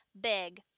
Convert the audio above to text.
big